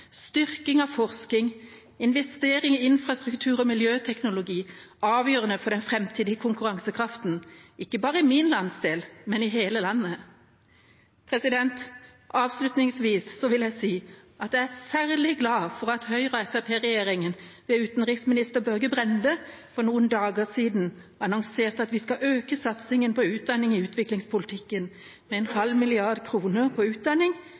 styrking av forskning, investering i infrastruktur og miljøteknologi avgjørende for den framtidige konkurransekraften, ikke bare i min landsdel, men i hele landet. Avslutningsvis vil jeg si at jeg er særlig glad for at Høyre–Fremskrittsparti-regjeringen ved utenriksminister Børge Brende for noen dager siden annonserte at vi skal øke satsingen på utdanning i utviklingspolitikken med en halv milliard kroner på utdanning